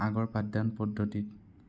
আগৰ পাঠদান পদ্ধতিত